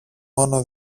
μόνο